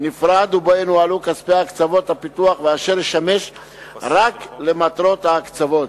נפרד ובו ינוהלו כספי הקצבות הפיתוח ואשר ישמש רק למטרות ההקצבות.